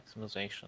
maximization